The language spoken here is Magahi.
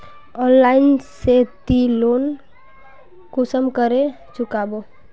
ऑनलाइन से ती लोन कुंसम करे चुकाबो?